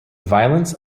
violence